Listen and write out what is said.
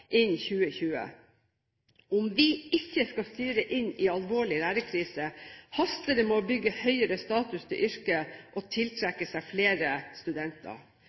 innen 2020. Om vi ikke skal styre inn i alvorlig lærerkrise, haster det med å bygge høyere status for yrket og tiltrekke seg flere studenter.